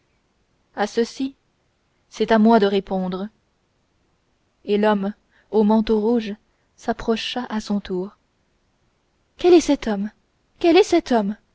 à ceci c'est à moi de répondre et l'homme au manteau rouge s'approcha à son tour quel est cet homme quel est cet homme